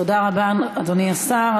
תודה רבה, אדוני השר.